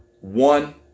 one